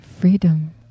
freedom